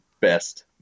best